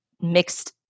mixed